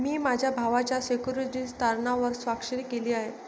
मी माझ्या भावाच्या सिक्युरिटीज तारणावर स्वाक्षरी केली आहे